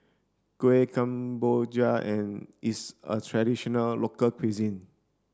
Kueh Kemboja and is a traditional local cuisine